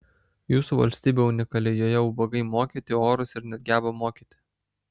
jūsų valstybė unikali joje ubagai mokyti orūs ir net geba mokyti